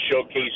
showcase